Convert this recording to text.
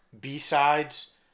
B-sides